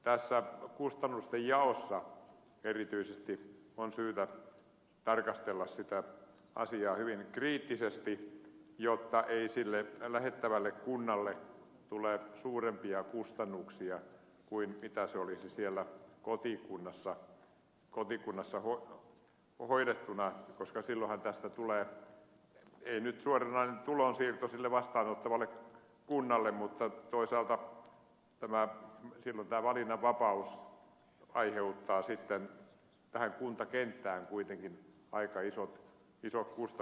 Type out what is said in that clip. tässä kustannustenjaossa erityisesti on syytä tarkastella sitä asiaa hyvin kriittisesti jotta ei sille lähettävälle kunnalle tule suurempia kustannuksia kuin jos henkilö olisi siellä kotikunnassa hoidettavana koska silloinhan tästä tulee ei nyt suoranainen tulonsiirto sille vastaanottavalle kunnalle mutta toisaalta silloin tämä valinnanvapaus aiheuttaa sitten tähän kuntakenttään kuitenkin aika isot kustannuspaineet